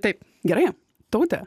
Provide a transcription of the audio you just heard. taip gerai taute